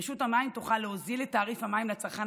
רשות המים תוכל להוזיל את תעריף המים לצרכן